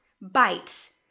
Bites